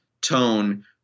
tone